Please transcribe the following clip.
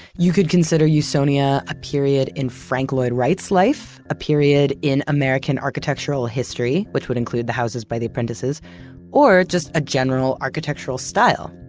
you could consider usonia a period in frank lloyd wright's life, a period in american architectural history, which would include the houses by the apprentices or just a general architectural style.